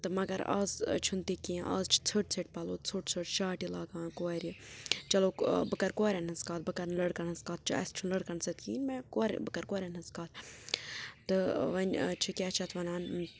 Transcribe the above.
تہٕ مگر اَز چھُنہِ تہِ کینٛہہ اَز چھِ ژھٔٹۍ ژھٔٹۍ پلو ژھوٚٹ ژھوٚٹ شاٹہٕ لاگان کورٕ چلو بہٕ کرٕ کورٮ۪ن ہٕنٛز کتھ بہٕ کرٕ نہٕ لٔڑکن ہِنٛز کِتھ اَسہٕ چھُنہٕ لٔڑکن سۭتۍ کِہینۍ مےٚ بہٕ کرٕ کورٮ۪ن ہنٛز کتھ تہٕ وۄنۍ چھُ کیاہ چھِ اتھ وَنان